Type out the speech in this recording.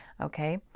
Okay